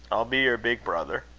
i'll be your big brother.